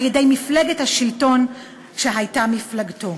על-ידי מפלגת השלטון שהייתה מפלגתו?